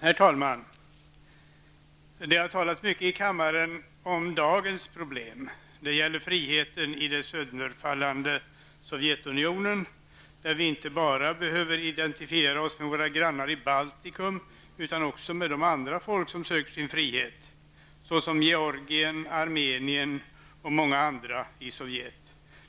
Herr talman! Det har talats mycket här i kammaren om dagens problem. Det gäller friheten i det sönderfallande Sovjetunionen, där vi inte bara behöver identifiera oss med våra grannar i Baltikum utan också med andra folk som söker sin frihet, såsom i Georgien, Armenien och på många håll i Sovjet.